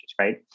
right